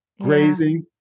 grazing